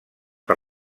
per